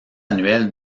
annuelles